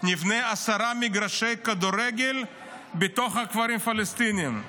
נבנה עשרה מגרשי כדורגל בתוך כפרים פלסטיניים,